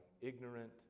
ignorant